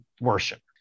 worship